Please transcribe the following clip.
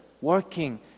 working